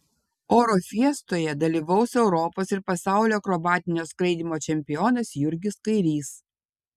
oro fiestoje dalyvaus europos ir pasaulio akrobatinio skraidymo čempionas jurgis kairys